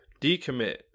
decommit